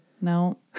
No